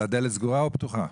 אבל הדלת סגורה או פתוחה?